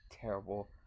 Terrible